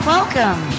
Welcome